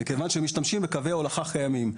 מכיוון שמשתמשים בקווי הולכה קיימים.